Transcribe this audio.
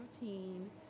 routine